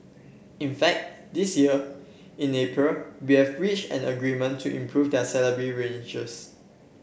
in fact this year in April we have reached an agreement to improve their salary ranges